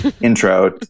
intro